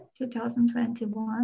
2021